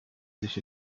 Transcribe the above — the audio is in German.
sich